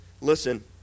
listen